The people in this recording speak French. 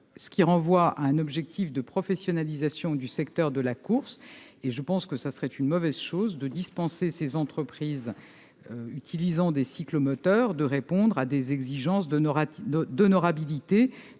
ce qui renvoie à un objectif de professionnalisation du secteur de la course. Selon moi, il n'est pas opportun de dispenser les entreprises utilisant des cyclomoteurs de répondre à des exigences d'honorabilité,